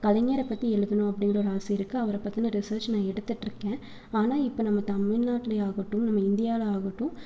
கலைஞரை பற்றி எழுதணும் அப்படின்ற ஒரு ஆசை இருக்குது அவரை பற்றின ரிசர்ச் நான் எடுத்துகிட்ருக்கேன் ஆனால் இப்போ நம்ம தமிழ்நாட்டிலயாகட்டும் நம்ம இந்தியாவில ஆகட்டும்